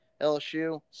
LSU